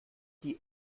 die